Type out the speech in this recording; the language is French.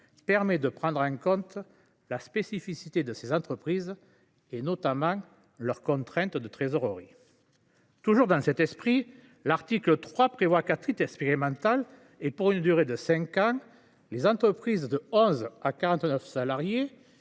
permet de prendre en compte la spécificité de ces entreprises, et notamment leurs contraintes de trésorerie. Toujours dans cet esprit, l’article 3 prévoit, à titre expérimental, et pour une durée de cinq ans, que les entreprises de 11 à 49 salariés